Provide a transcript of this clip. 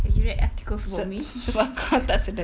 have you read articles about me